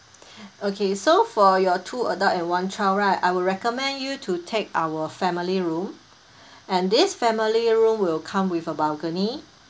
okay so for your two adults and one child right I would recommend you to take our family room and this family room will come with a balcony